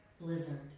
blizzard